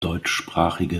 deutschsprachige